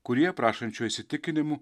kurie prašančių įsitikinimu